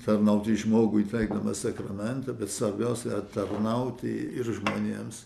tarnauti žmogui teikdamas sakramentą bet svarbiausia tarnauti ir žmonėms